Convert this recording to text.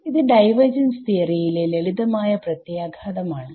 ഇത് ഡൈവർജൻസ് തിയറിയിലെ ലളിതമായ പ്രത്യാഘാതം ആണ്